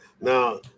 Now